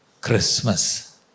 Christmas